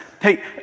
hey